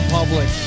Public